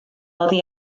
oddi